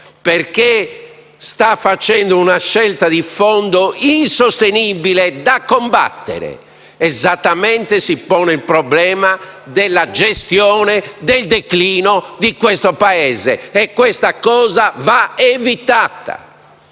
perché sta facendo una scelta di fondo insostenibile e da combattere. Esattamente si pone il problema della gestione del declino di questo Paese e ciò va evitato.